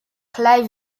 clive